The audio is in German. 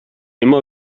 immer